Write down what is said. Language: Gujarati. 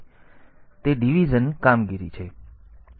0 થી તેથી તે ડિવિઝન કામગીરી છે